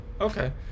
Okay